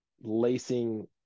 lacing